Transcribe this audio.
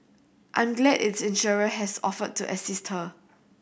I'm glad its insurer has offered to assist her